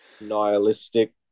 nihilistic